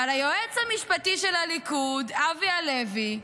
אבל היועץ המשפטי של הליכוד, אבי הלוי,